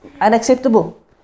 unacceptable